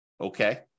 Okay